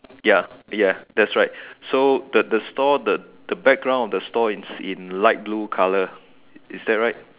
ya ya that's right so the the stall the the stall the background of the stall is in light blue colour is that right